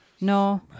No